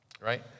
right